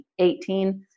2018